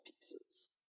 pieces